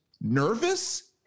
Nervous